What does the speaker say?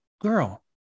Girl